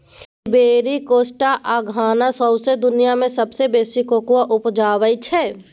Ivory Coast आ Ghana सौंसे दुनियाँ मे सबसँ बेसी कोकोआ उपजाबै छै